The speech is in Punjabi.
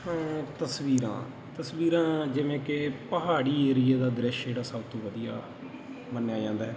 ਹਾਂ ਤਸਵੀਰਾਂ ਤਸਵੀਰਾਂ ਜਿਵੇਂ ਕਿ ਪਹਾੜੀ ਏਰੀਏ ਦਾ ਦ੍ਰਿਸ਼ ਜਿਹੜਾ ਸਭ ਤੋਂ ਵਧੀਆ ਮੰਨਿਆ ਜਾਂਦਾ